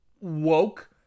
Woke